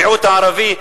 המיעוט הערבי,